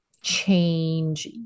change